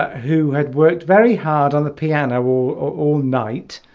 who had worked very hard on the piano we'll all night